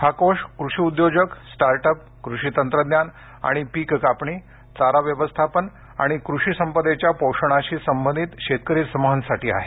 हा कोष कृषि उद्योजक स्मार्ट अप कृषि तंत्रज्ञान आणि पिक कापणी चारा व्यवस्थापन आणि कृषी संपदेच्या पोषणाशी संबंधित शेतकरी समूहांसाठी आहे